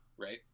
Right